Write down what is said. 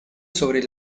sobre